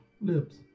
lips